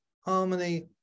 harmony